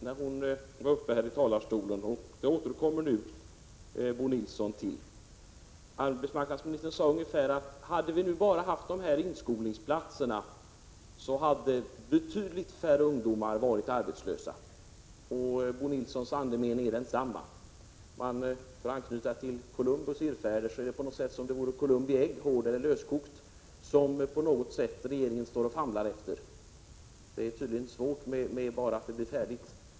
Nu återkommer Bo Nilsson till vad hon anförde. Arbetsmarknadsministern sade ungefär detta: Hade vi bara haft inskolningsplatserna, hade betydligt färre ungdomar varit arbetslösa, och andemeningen i vad Bo Nilsson sade var densamma. Om man får anknyta till Columbus irrfärder är det ungefär som om regeringen på något sätt famlar efter Columbi ägg, hårdeller löskokt. Det är tydligen svårt att få det färdigt.